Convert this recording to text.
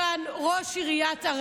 לקריאה שנייה ולקריאה שלישית,